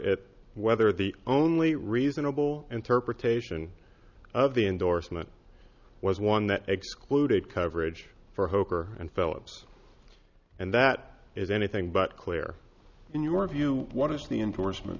it whether the only reasonable interpretation of the endorsement was one that excluded coverage for hoper and phillips and that is anything but clear in your view what is the endorsement